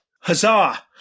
Huzzah